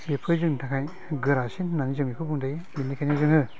बेफोर जोंनि थाखाय गोरासिन होननानै जों बेखौ बुंजायो बिनिखायनो जोङो